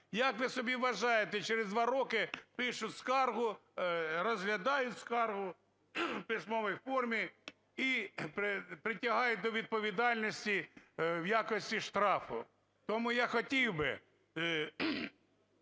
Як ви собі вважаєте, через два роки пишуть скаргу, розглядають скаргу у письмовій формі і притягають до відповідальності в якості штрафу. Тому я хотів би